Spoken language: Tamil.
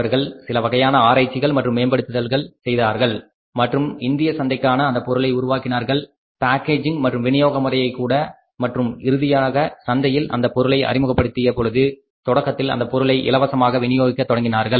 அவர்கள் சிலவகையான ஆராய்ச்சிகள் மற்றும் மேம்படுத்தல்கள் செய்தார்கள் மற்றும் இந்திய சந்தைக்கான அந்த பொருளை உருவாக்கினார்கள் பேக்கேஜிங் மற்றும் விநியோக முறையை கூட மற்றும் இறுதியாக சந்தையில் அந்தப் பொருளை அறிமுகப்படுத்திய பொழுது தொடக்கத்தில் அந்த பொருளை இலவசமாக விநியோகிக்க தொடங்கினார்கள்